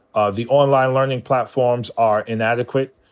ah the online learning platforms are inadequate.